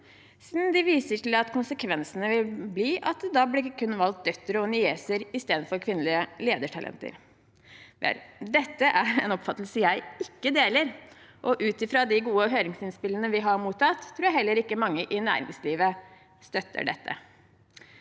De viser til at konsekvensene da vil bli at det kun blir valgt døtre og nieser, istedenfor kvinnelige ledertalenter. Dette er en oppfattelse jeg ikke deler, og ut fra de gode høringsinnspillene vi har mottatt, tror jeg heller ikke mange i næringslivet støtter dette.